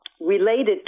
related